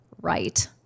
right